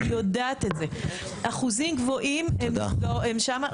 יש אחוזים גבוהים שם.